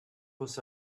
was